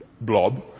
blob